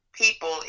people